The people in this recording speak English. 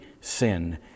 sin